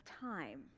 time